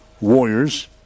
Warriors